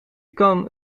kan